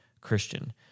Christian